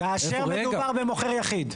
כאשר מדובר במוכר יחיד.